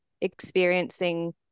experiencing